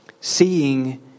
Seeing